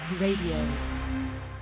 RADIO